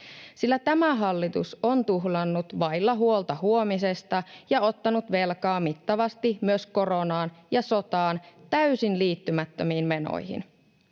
tämä hallitus on tuhlannut vailla huolta huomisesta ja ottanut velkaa mittavasti myös koronaan ja sotaan täysin liittymättömiin menoihin.